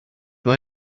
mae